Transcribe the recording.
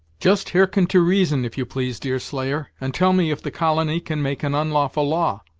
just hearken to reason, if you please, deerslayer, and tell me if the colony can make an onlawful law?